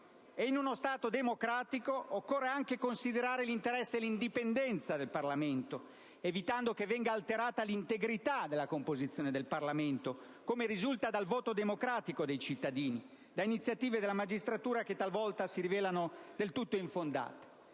E in uno Stato democratico occorre anche considerare l'interesse dell'indipendenza del Parlamento, evitando che ne venga alterata l'integrità della composizione come risulta dal voto democratico dei cittadini da iniziative della magistratura, che talvolta si rivelano del tutto infondate.